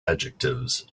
adjectives